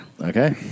Okay